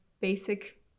basic